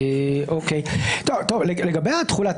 לגבי התחולה,